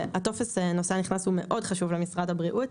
שטופס נוסע נכנס הוא מאד חשוב למשרד הבריאות,